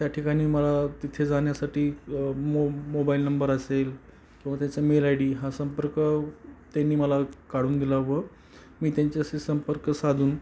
त्या ठिकाणी मला तिथे जाण्यासाठी मो मोबाईल नंबर असेल किंवा त्याचा मेल आय डी हा संपर्क त्यांनी मला काढून दिला व मी त्यांच्याशी संपर्क साधून